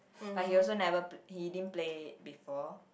but he also never pl~ he didn't play it before